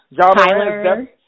Tyler